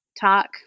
talk